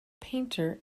painter